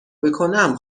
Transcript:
بکنم